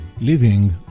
living